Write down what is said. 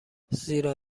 زیرا